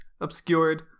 obscured